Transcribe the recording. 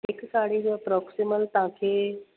हिकु साड़ी जो प्रॉक्सिमल तव्हांखे